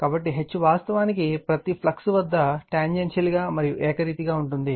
కాబట్టి H వాస్తవానికి ప్రతి ఫ్లక్స్ వద్ద టాంజెన్షియల్ మరియు ఏకరీతిగా ఉంటుంది